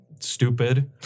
Stupid